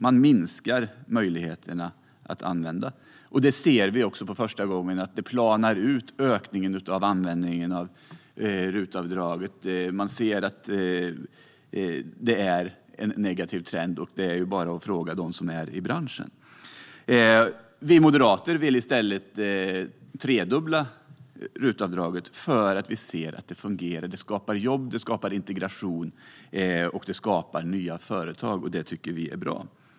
Man minskar möjligheterna att använda det, och vi ser också för första gången att ökningen av användningen av RUT-avdraget planar ut. Det är en negativ trend. Det är bara att fråga dem som är i branschen. Vi moderater vill i stället tredubbla RUT-avdraget, för vi ser att det fungerar. Det skapar jobb, integration och nya företag. Det tycker vi är bra.